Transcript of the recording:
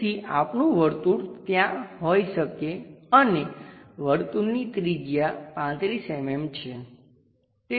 તેથી આપણું વર્તુળ ત્યાં હોઈ શકે અને વર્તુળની ત્રિજ્યા 35 mm છે